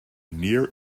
near